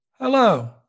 Hello